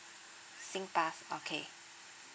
singpass okay